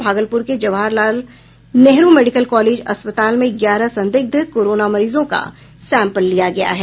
भागलपुर के Jawahar Lal Nehru medical college अस्पताल में ग्यारह संदिग्ध कोरोना मरीजों का सैंपल लिया गया है